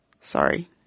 Sorry